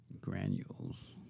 Granules